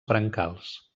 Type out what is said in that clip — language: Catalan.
brancals